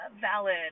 valid